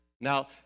now